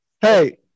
Hey